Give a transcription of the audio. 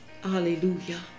Hallelujah